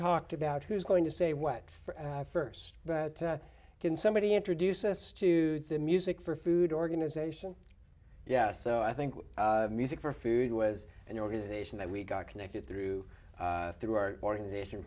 talked about who's going to say what first but can somebody introduce us to the music for food organization yeah so i think music for food was an organization that we got connected through through our organization